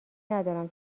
ندارم